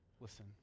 listen